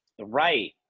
Right